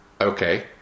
Okay